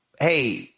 Hey